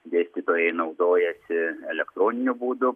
dėstytojai naudojasi elektroniniu būdu